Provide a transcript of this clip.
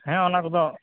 ᱦᱮᱸ ᱚᱱᱟᱠᱚᱫᱚ